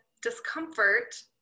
discomfort